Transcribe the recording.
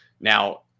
Now